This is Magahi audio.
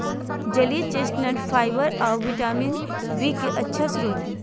जलीय चेस्टनट फाइबर आऊ विटामिन बी के अच्छा स्रोत हइ